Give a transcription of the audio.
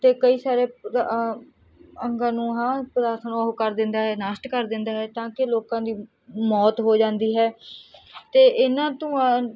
ਅਤੇ ਕਈ ਸਾਰੇ ਅ ਅੰਗਾਂ ਨੂੰ ਉਹ ਕਰ ਦਿੰਦਾ ਨਸ਼ਟ ਕਰ ਦਿੰਦਾ ਤਾਂ ਕਿ ਲੋਕਾਂ ਦੀ ਮੌਤ ਹੋ ਜਾਂਦੀ ਹੈ ਅਤੇ ਇਹਨਾਂ ਤੋਂ